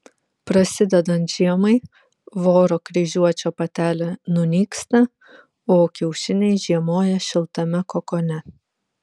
prasidedant žiemai voro kryžiuočio patelė nunyksta o kiaušiniai žiemoja šiltame kokone